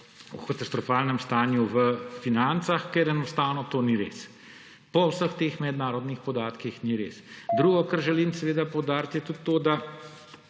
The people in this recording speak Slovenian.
o katastrofalnem stanju v financah, ker enostavno to ni res. Po vseh teh mednarodnih podatkih ni res. Drugo, kar želim seveda poudariti, je tudi to, da